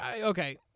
okay